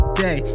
day